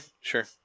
sure